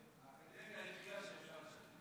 האקדמיה הכריעה שאפשר את שתיהן.